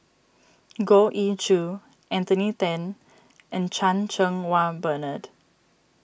Goh Ee Choo Anthony then and Chan Cheng Wah Bernard